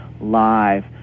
live